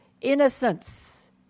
innocence